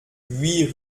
huit